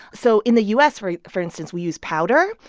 so in the u s, for for instance, we use powder,